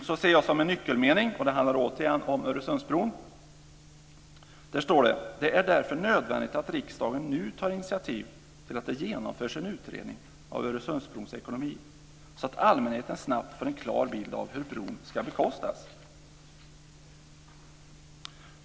Där ser jag en nyckelmening som återigen handlar om Öresundsbron. Där står: "Det är därför nödvändigt att riksdagen nu tar initiativ till att det genomförs en utredning av Öresundsbrons ekonomi, så att allmänheten snabbt får en klar bild av hur bron skall bekostas."